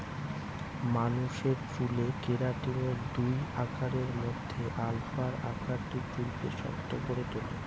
মানুষের চুলে কেরাটিনের দুই আকারের মধ্যে আলফা আকারটি চুলকে শক্ত করে তুলে